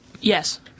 Yes